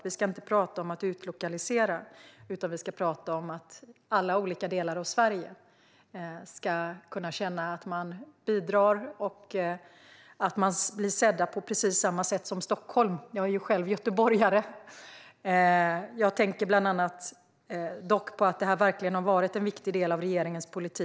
Vi ska inte prata om att utlokalisera, utan vi ska prata om att alla delar av Sverige ska kunna känna att man bidrar och blir sedda på precis samma sätt som Stockholm - jag är ju själv göteborgare. Det har verkligen varit en viktig del av regeringens politik.